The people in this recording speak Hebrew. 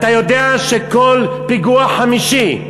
אתה יודע שכל פיגוע חמישי,